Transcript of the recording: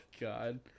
God